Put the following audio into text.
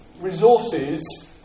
resources